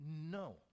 No